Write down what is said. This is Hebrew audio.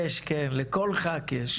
לכל ח"כ יש.